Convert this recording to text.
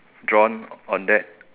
drawn on that